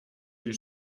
die